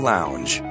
Lounge